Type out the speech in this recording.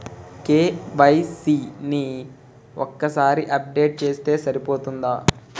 KYC ని ఒక్కసారి update చేస్తే సరిపోతుందా?